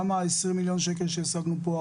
גם ה-20 מיליון שקל שהשגנו פה,